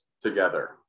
together